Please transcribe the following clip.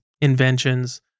Inventions